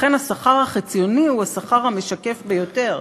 לכן השכר החציוני הוא השכר המשקף ביותר,